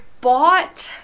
bought